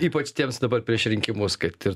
ypač tiems dabar prieš rinkimus kad ir